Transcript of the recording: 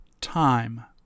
time